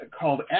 called